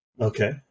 Okay